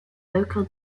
local